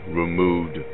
removed